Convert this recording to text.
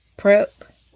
prep